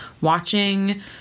watching